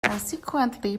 consequently